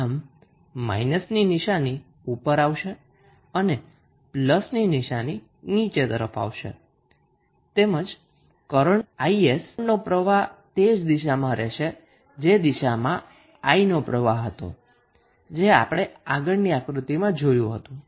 આમ માઇનસ ની નિશાની ઉપર આવશે અને પ્લસ ની નિશાની નીચે તરફ આવશે તેમજ કરંટ 𝐼𝑠 નો પ્રવાહ તે જ દિશામાં હશે જે દિશા માં I નો પ્રવાહ હતો જે આપણે આગળની આકૃતિ માં હતું